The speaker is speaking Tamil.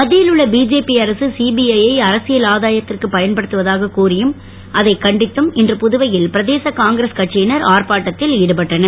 மத்தியில் உள்ள பிஜேபி அரசு சிபிஜ யை அரசியல் அதாயத்திற்கு பயன்படுத்துவதாகக் கூறியும் அதைக் கண்டித்தும் இன்று புதுவையில் பிரதேச காங்கிரஸ் கட்சியினர் அர்ப்பாட்டத்தில் ஈடுபட்டனர்